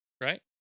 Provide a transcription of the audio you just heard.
right